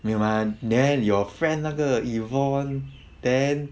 没有吗 then your friend 那个 yvonne then